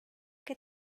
que